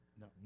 No